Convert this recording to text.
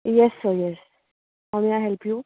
yes sir yes how may I help you